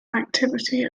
activity